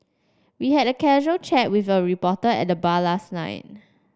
we had casual chat with a reporter at the bar last night